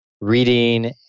reading